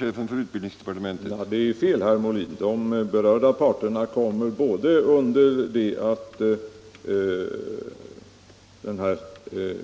Herr talman! Det är fel, herr Molin. De berörda parterna kommer både under det att